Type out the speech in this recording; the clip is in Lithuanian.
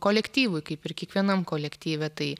kolektyvui kaip ir kiekvienam kolektyve tai